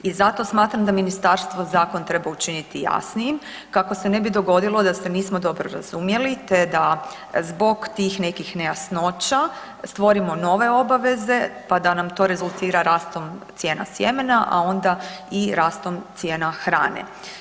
I zato smatram da ministarstvo zakon treba učiniti jasnijim kako se ne bi dogodilo da se nismo dobro razumjeli te da zbog tih nekih nejasnoća stvorimo nove obaveze pa da nam to rezultira rastom cijena sjemena, a onda i rastom cijena hrane.